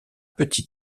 petit